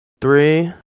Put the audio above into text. Three